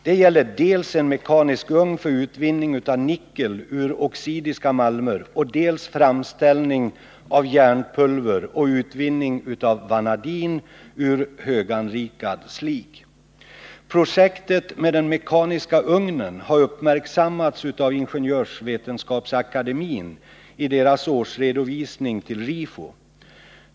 Det gäller dels en mekanisk ugn för utvinning av nickel ur oxidiska malmer, dels framställning av järnpulver och utvinning av vanadin ur höganrikad slig. Projektet med den mekaniska ugnen har uppmärksammats av Ingenjörsvetenskapsakademien i dess årsredovisning till Rifo.